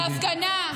להפגנה.